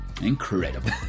Incredible